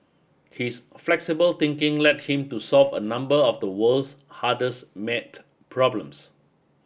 his flexible thinking led him to solve a number of the world's hardest maths problems